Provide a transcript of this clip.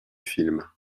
film